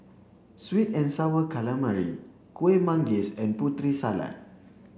sweet and sour calamari Kuih Manggis and Putri salad